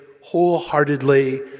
wholeheartedly